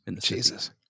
Jesus